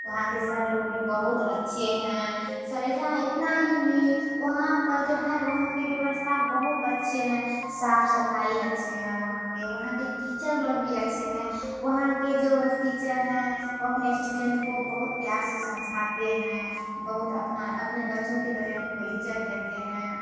वहाँ के सर लोग भी बहुत अच्छे हैं सरे सा इतना ही नहीं वहाँ पर जो है वहाँ पर व्यवस्था बहुत अच्छे हैं साफ सफाई अच्छे हैं वहाँ के वहाँ के टीचर लोग भी अच्छे हैं वहाँ के जो टीचर हैं वो अपने अस्टूडेंट को प्यार से समझाते हैं बहुत अपना अपने बच्चों की तरह उनको इज्ज़त देते हैं